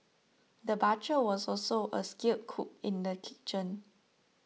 the butcher was also a skilled cook in the kitchen